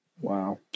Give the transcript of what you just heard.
Wow